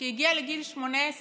כשהגיע לגיל 18